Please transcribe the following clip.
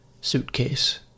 suitcase